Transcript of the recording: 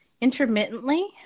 intermittently